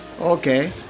okay